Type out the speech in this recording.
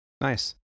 nice